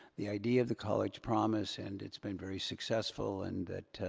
the idea of the college promise and it's been very successful. and that